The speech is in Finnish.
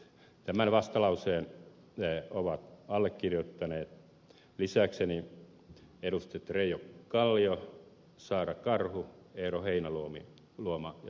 tämän vastalauseen ovat allekirjoittaneet lisäkseni edustajat reijo kallio saara karhu eero heinäluoma ja sari palm